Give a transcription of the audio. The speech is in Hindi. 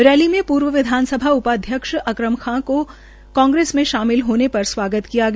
रैली में पूर्व विधानसभा उपाध्यक्ष अक्रम खान को कांग्रेस में शामिल होनेपर स्वागत किया गया